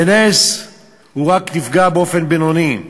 בנס הוא נפגע רק באופן בינוני.